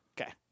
Okay